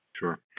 Sure